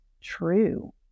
true